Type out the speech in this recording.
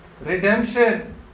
redemption